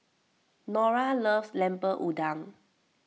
Norah loves Lemper Udang